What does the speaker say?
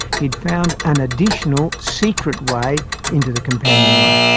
he had found an additional, secret way into the companionway.